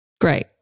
Great